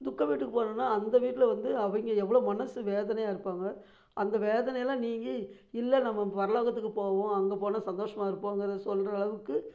துக்க வீட்டுக்கு போறோம்னா அந்த வீட்டில் வந்து அவங்க எவ்வளோ மனது வேதனையாக இருப்பாங்க அந்த வேதனையெல்லாம் நீங்கி இல்லை நம்ப பரலோகத்துக்கு போவோம் அங்கே போனால் சந்தோஷமாக இருப்போங்குறதை சொல்லுறளவுக்கு